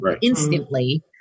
instantly